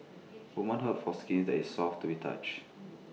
women hope for skin that is soft to the touch